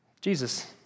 Jesus